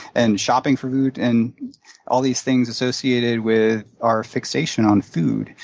and shopping for food and all these things associated with our fixation on food.